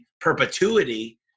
perpetuity